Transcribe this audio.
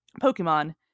Pokemon